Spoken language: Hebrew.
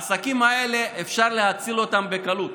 העסקים האלה, אפשר להציל אותם בקלות.